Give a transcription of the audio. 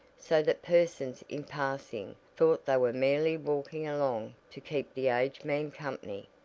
so that persons in passing thought they were merely walking along to keep the aged man company.